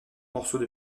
morceaux